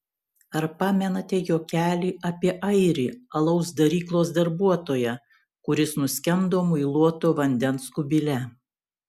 ar pamenate juokelį apie airį alaus daryklos darbuotoją kuris nuskendo muiluoto vandens kubile